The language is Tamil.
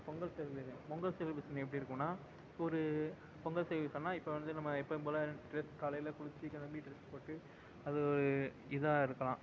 பொங்கல் செலிப்ரேஷன் பொங்கல் செலிப்ரேஷன் எப்படி இருக்குன்னால் இப்போ ஒரு பொங்கல் செலிப்ரேஷன்னால் இப்போ வந்து நம்ம எப்போயும் போல் எழுந்து காலையில் குளித்து கிளம்பி ட்ரெஸ் போட்டு அது ஒரு இதாக இருக்கலாம்